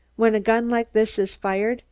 when a gun like this is fired,